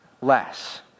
less